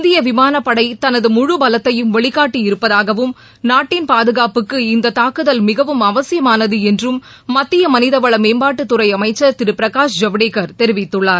இந்திய விமான படை தமது முழு பலத்தையும் வெளிகாட்டியிருப்பதாகவும் நாட்டின் பாதுகாப்புக்கு இந்த தாக்குதல் மிகவும் அவசியமானது என்று மத்திய மனிதவள மேம்பாட்டுத்துறை அமைச்சர் திரு பிரகாஷ் ஜவடேகர் தெரிவித்துள்ளார்